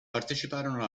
parteciparono